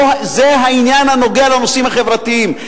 זה העניין הנוגע לנושאים החברתיים.